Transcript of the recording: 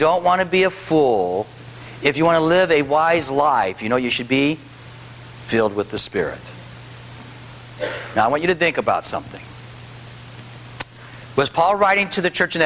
don't want to be a fool if you want to live a wise life you know you should be filled with the spirit not what you think about something was paul writing to the church